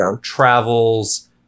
travels